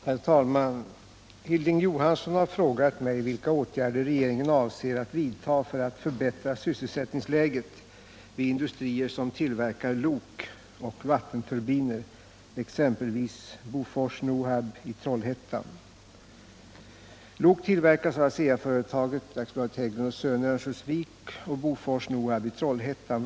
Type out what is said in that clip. Herr talman! Hilding Johansson har frågat mig vilka åtgärder regeringen avser alt vidtaga för att förbättra sysselsättningsläget vid industrier som tillverkar lok och vattenturbiner. exempelvis Bofors-Nohab 1 Frolihättan.